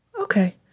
okay